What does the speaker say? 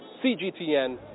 CGTN